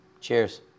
Cheers